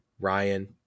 Ryan